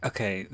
Okay